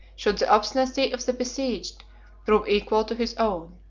should the obstinacy of the besieged prove equal to his own.